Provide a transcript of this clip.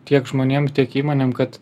tiek žmonėm tiek įmonėm kad